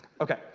Okay